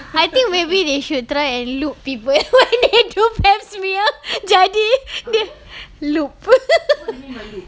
I think maybe they should try to lube people when they do pap smear jadi dia lube